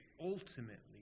ultimately